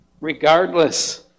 Regardless